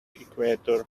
equator